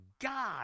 God